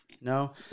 No